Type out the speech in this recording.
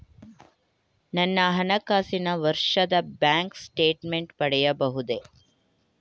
ನನ್ನ ಹಣಕಾಸಿನ ವರ್ಷದ ಬ್ಯಾಂಕ್ ಸ್ಟೇಟ್ಮೆಂಟ್ ಪಡೆಯಬಹುದೇ?